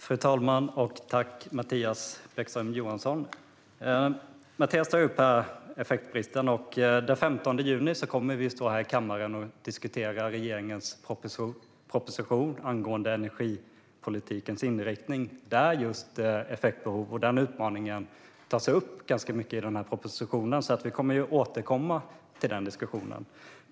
Fru talman! Jag tackar Mattias Bäckström Johansson. Mattias tar upp effektbristen. Den 15 juni kommer vi i kammaren att diskutera regeringens proposition om energipolitikens inriktning. Just effektbehovet och den utmaningen tas upp ganska mycket i den propositionen, så vi kommer att återkomma till den diskussionen.